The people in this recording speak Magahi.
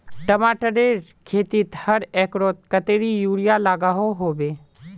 टमाटरेर खेतीत हर एकड़ोत कतेरी यूरिया लागोहो होबे?